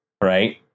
right